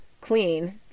clean